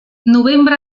novembre